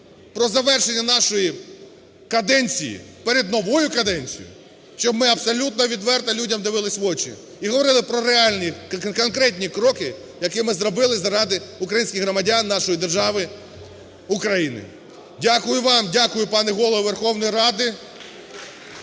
про завершення нашої каденції перед новою каденцією, щоб ми абсолютно відверто людям дивились в очі і говорили про реальні, конкретні кроки, які ми зробили заради українських громадян, нашої держави України. Дякую вам, дякую пане Голово Верховної Ради!